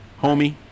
homie